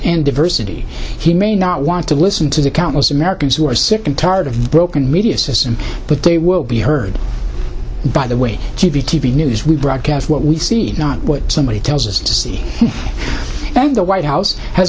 and diversity he may not want to listen to the countless americans who are sick and tired of broken media system but they will be heard by the way t v t v news we broadcast what we see not what somebody tells us to see and the white house has